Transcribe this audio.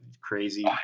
crazy